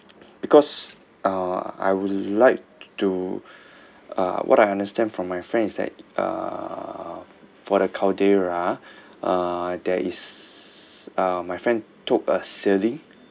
because uh I would like to uh what I understand from my friend is that uh for the caldera uh there is uh my friend took a sailing